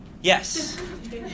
Yes